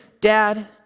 Dad